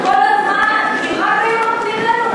כל הזמן, אם רק היו נותנים לנו,